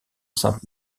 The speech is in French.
sainte